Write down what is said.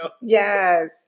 Yes